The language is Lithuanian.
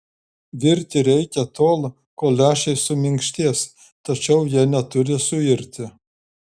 virti reikia tol kol lęšiai suminkštės tačiau jie neturi suirti